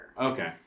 Okay